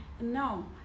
No